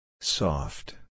Soft